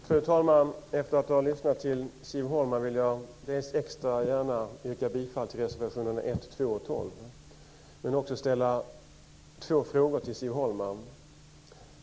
Fru talman! Efter att ha lyssnat till Siv Holma vill jag extra gärna yrka bifall till reservationerna 1, 2 och 12, men också ställa två frågor till Siv Holma.